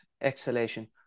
exhalation